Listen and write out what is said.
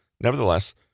Nevertheless